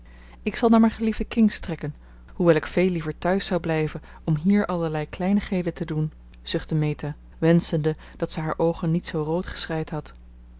ik zal naar mijn geliefde kings trekken hoewel ik veel liever thuis zou blijven om hier allerlei kleinigheden te doen zuchtte meta wenschende dat ze haar oogen niet zoo rood geschreid had